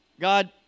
God